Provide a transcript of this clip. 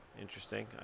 Interesting